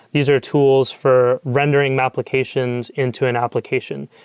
these are tools for rendering map applications into an application.